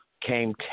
came